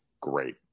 great